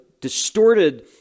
distorted